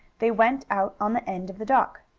they went out on the end of the dock.